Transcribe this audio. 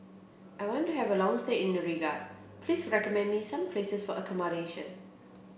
I want to have a long stay in Riga Please recommend me some places for accommodation